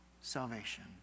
salvation